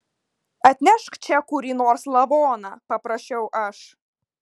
atnešk čia kurį nors lavoną paprašiau aš